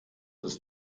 ist